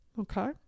Okay